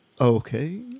Okay